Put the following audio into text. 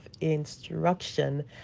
instruction